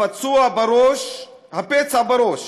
הפצע בראש